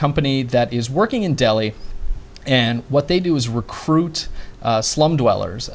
company that is working in delhi and what they do is recruit slum dwellers